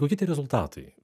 kokie tie rezultatai